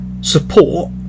support